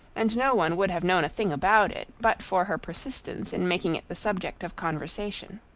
and no one would have known a thing about it but for her persistence in making it the subject of conversation.